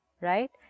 Right